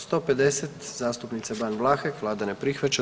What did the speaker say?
150. zastupnica Ban Vlahek, Vlada ne prihvaća.